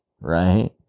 right